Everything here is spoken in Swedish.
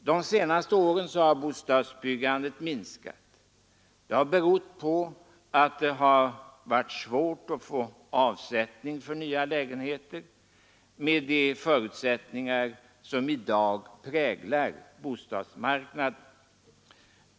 De senaste åren har bostadsbyggandet minskat. Det har berott på att det varit svårt att få avsättning för nya lägenheter med de förutsättningar som i dag präglar bostadsmarknaden.